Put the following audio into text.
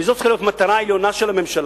וזאת צריכה להיות המטרה העליונה של הממשלה,